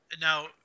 Now